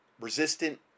resistant